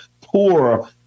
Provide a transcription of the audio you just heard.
poor